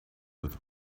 with